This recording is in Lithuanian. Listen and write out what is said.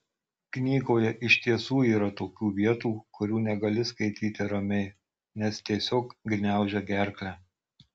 knygoje iš tiesų yra tokių vietų kurių negali skaityti ramiai nes tiesiog gniaužia gerklę